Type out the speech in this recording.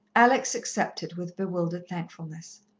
alex accepted with bewildered thankfulness.